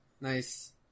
Nice